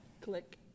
Click